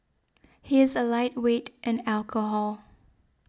he is a lightweight in alcohol